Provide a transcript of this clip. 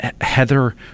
Heather